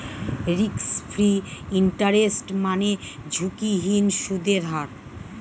risk free interest মানে ঝুঁকিহীন সুদের হার